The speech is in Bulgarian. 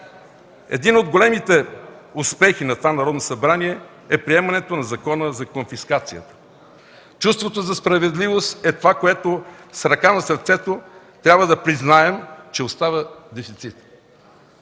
Един от големите успехи на това Народно събрание е приемането на Закона за конфискацията. Чувството за справедливост е това, което с ръка на сърцето трябва да признаем, че остава дефицит.